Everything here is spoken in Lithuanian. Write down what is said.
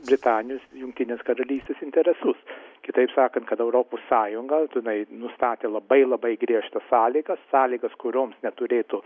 britanijos ir jungtinės karalystės interesus kitaip sakant kad europos sąjunga jinai nustatė labai labai griežtas sąlygas sąlygas kurioms neturėtų